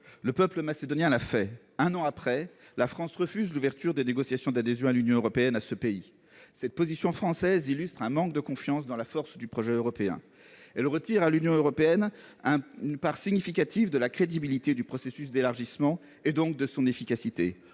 Le peuple macédonien l'a fait. Un an plus tard, la France refuse à ce pays l'ouverture de négociations d'adhésion à l'Union européenne. Cette position française illustre un manque de confiance dans la force du projet européen. Elle retire à l'Union européenne une part significative de la crédibilité du processus d'élargissement, donc de son efficacité.